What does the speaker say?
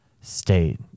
state